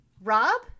Rob